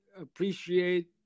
appreciate